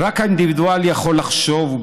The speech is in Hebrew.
"רק האינדיבידואל יכול לחשוב,